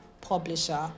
publisher